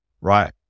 right